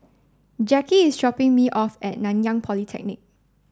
Jacki is dropping me off at Nanyang Polytechnic